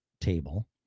table